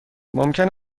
ممکن